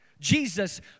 Jesus